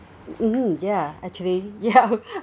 mmhmm ya actually ya